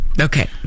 Okay